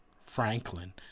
Franklin